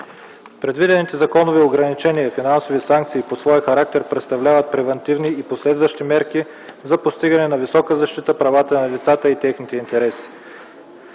Предвидените законови ограничения и финансови санкции по своя характер представляват превантивни и последващи мерки за постигане на висока защита правата на децата и техните интереси.